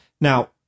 Now